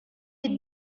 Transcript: with